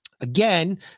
Again